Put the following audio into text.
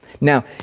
Now